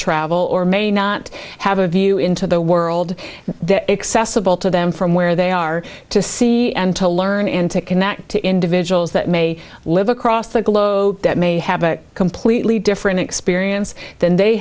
travel or may not have a view into the world excess of all to them from where they are to see and to learn and to connect to individuals that may live across the globe may have a completely different experience than they